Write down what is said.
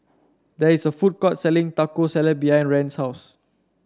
there is a food court selling Taco Salad behind Rand's house